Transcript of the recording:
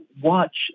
watch